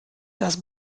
das